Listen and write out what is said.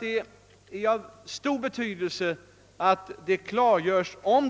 Det är av stor betydelse att det klargörs om